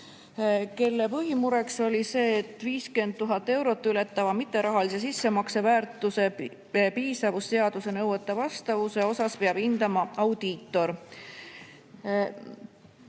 kelle põhimureks oli see, et 50 000 eurot ületava mitterahalise sissemakse väärtuse piisavust seaduse nõuetele vastavuse osas peab hindama audiitor.